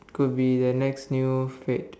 could be the next new fad